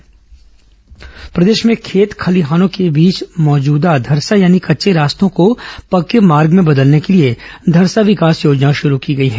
धरसा विकास योजना प्रदेश में खेल खलियानों के बीच मौजूद धरसा यानी कच्चे रास्तों को पक्के मार्ग में बदलने के लिए धरसा विकास योजना शुरू की गई है